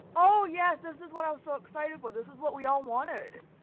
oh yes, this is what i was so excited for. this is what we all wanted.